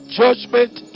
judgment